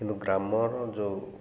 କିନ୍ତୁ ଗ୍ରାମର ଯେଉଁ